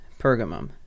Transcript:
Pergamum